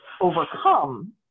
overcome